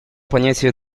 понятие